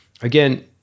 again